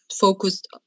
focused